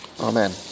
Amen